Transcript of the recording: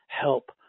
help